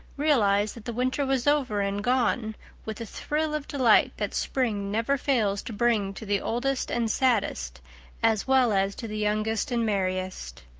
realized that the winter was over and gone with the thrill of delight that spring never fails to bring to the oldest and saddest as well as to the youngest and merriest.